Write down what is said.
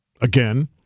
again